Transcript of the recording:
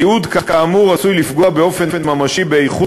תיעוד כאמור עשוי לפגוע באופן ממשי באיכות